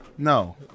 No